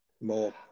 more